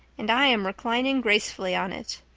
and i am reclining gracefully on it.